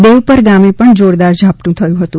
દેવપર ગામે પણ જોરદાર ઝાપટું વરસ્યું હતું